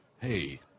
hey